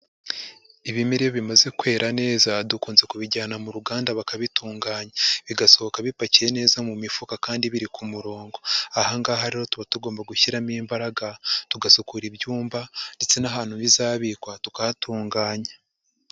Ibimera iyo bimaze kwera neza dukunze kubijyana mu ruganda bakabitunganya, bigasohoka bipakiye neza mu mifuka kandi biri ku murongo, aha ngaha rero tuba tugomba gushyiramo imbaraga tugasukura ibyumba ndetse n'ahantu bizabikwa tukahatunganya.